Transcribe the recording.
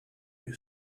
you